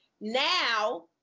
Now